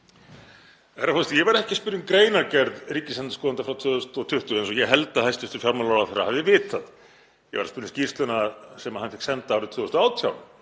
Ég var ekki að spyrja um greinargerð ríkisendurskoðanda frá 2020, eins og ég held að hæstv. fjármálaráðherra hafi vitað. Ég var að spyrja um skýrsluna sem hann fékk senda árið 2018,